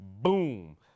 boom